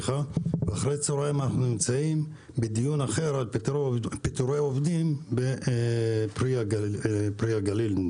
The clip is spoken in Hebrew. ואחרי הצהריים אנחנו נמצאים בדיון אחר על פיטורי עובדים בפרי הגליל.